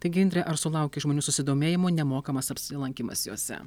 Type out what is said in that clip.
taigi indrė ar sulaukei žmonių susidomėjimo nemokamas apsilankymas jose